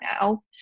now